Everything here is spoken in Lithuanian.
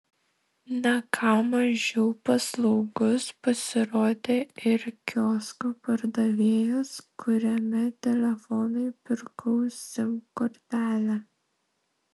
ne ką mažiau paslaugus pasirodė ir kiosko pardavėjas kuriame telefonui pirkau sim kortelę